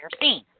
scene